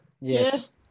Yes